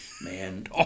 Man